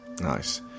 Nice